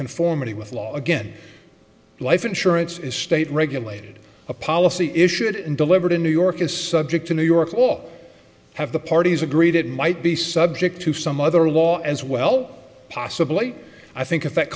conformity with law again life insurance is state regulated a policy issued and delivered in new york is subject to new york law have the parties agreed it might be subject to some other law as well possibly i think